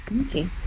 Okay